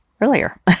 earlier